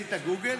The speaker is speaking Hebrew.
עשית גוגל?